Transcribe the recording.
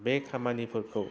बे खामानिफोरखौ